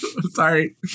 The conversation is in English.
sorry